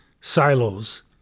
silos